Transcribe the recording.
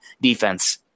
defense